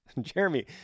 Jeremy